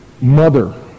mother